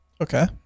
Okay